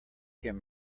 him